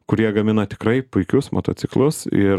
kurie gamina tikrai puikius motociklus ir